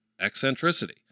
eccentricity